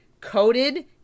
coated